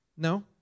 No